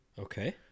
Okay